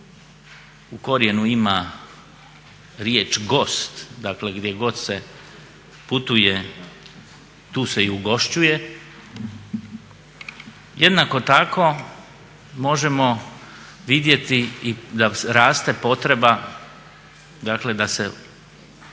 u korijenu ima riječ gost, dakle gdje god se putuje tu se i ugošćuje. Jednako tako možemo vidjeti i da raste potreba, dakle da se